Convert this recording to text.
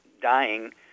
dying